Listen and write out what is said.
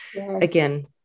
again